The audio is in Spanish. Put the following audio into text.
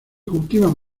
cultivan